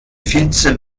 vize